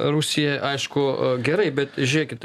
rusija aišku gerai bet žiūrėkit